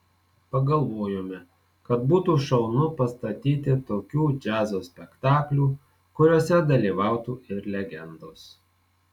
pagalvojome kad būtų šaunu pastatyti tokių džiazo spektaklių kuriuose dalyvautų ir legendos